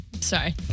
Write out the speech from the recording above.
Sorry